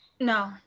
No